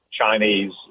Chinese